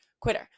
quitter